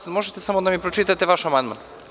Da li možete samo da mi pročitate vaš amandman?